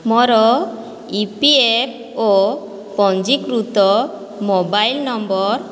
ମୋର E P F ଓ ପଞ୍ଜୀକୃତ ମୋବାଇଲ ନମ୍ବର